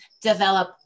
develop